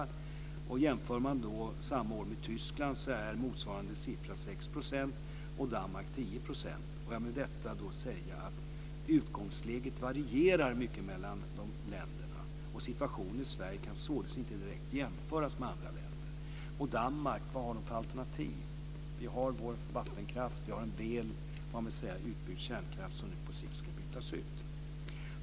Man kan jämföra med och Danmark där den var 10 %. Jag vill med detta säga att utgångsläget varierar mycket mellan länderna. Situationen i Sverige kan således inte direkt jämföras med den i andra länder. Och vad har Danmark för alternativ? Vi har vår vattenkraft, och vi har en väl utbyggd kärnkraft som nu på sikt ska bytas ut.